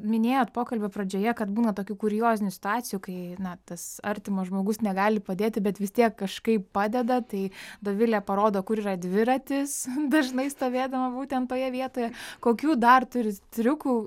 minėjot pokalbio pradžioje kad būna tokių kuriozinių situacijų kai na tas artimas žmogus negali padėti bet vis tiek kažkaip padeda tai dovilė parodo kur yra dviratis dažnai stovėdama būtent toje vietoje kokių dar turit triukų